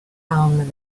found